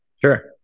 Sure